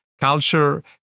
Culture